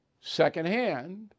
secondhand